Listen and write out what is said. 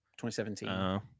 2017